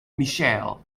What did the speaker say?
michelle